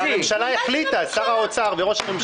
הממשלה החליטה, שר האוצר וראש הממשלה החליטו.